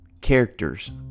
characters